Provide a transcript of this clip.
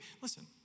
listen